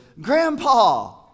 Grandpa